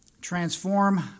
transform